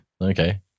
Okay